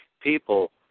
people